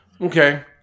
Okay